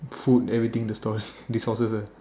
food everything the store resources ah